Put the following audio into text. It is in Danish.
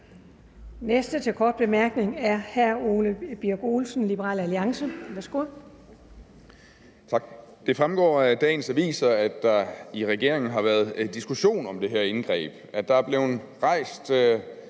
næste til kort bemærkning er hr. Ole Birk Olesen, Liberal Alliance, værsgo.